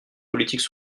politique